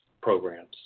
programs